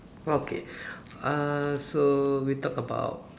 okay uh so we talk about